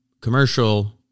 commercial